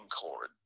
cord